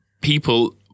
People